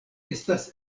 estas